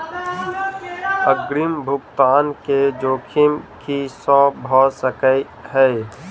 अग्रिम भुगतान केँ जोखिम की सब भऽ सकै हय?